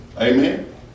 Amen